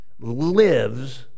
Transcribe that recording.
lives